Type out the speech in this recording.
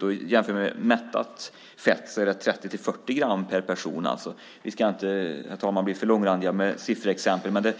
Det kan jämföras med mättat fett som är 30-40 gram per person. Vi ska inte, herr talman, bli för långrandiga med sifferexempel, men